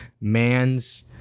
man's